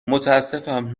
متاسفم